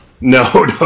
No